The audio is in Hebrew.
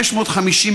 ברשותכם.